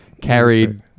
Carried